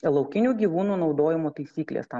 laukinių gyvūnų naudojimo taisyklės tą